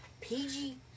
PG